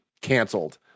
canceled